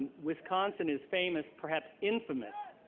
and wisconsin is famous, perhaps infamous,